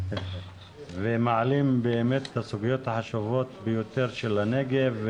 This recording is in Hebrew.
ומעלים באמת את הסוגיות החשובות ביותר של הנגב,